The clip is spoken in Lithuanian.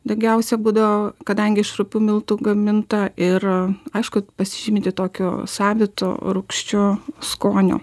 daugiausia būdao kadangi iš rupių miltų gaminta ir aišku pasižyminti tokiu savitu rūgščiu skoniu